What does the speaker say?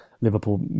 Liverpool